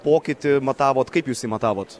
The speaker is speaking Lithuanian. pokytį matavot kaip jūs jį matavot